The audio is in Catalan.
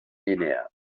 guinea